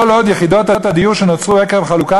כל עוד יחידות הדיור שנוצרו עקב חלוקה